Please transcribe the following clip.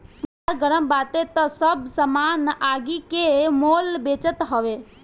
बाजार गरम बाटे तअ सब सामान आगि के मोल बेचात हवे